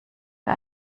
für